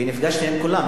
ונפגשתי עם כולם.